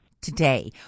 today